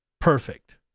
perfect